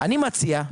אני מציע,